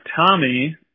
Tommy